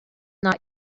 not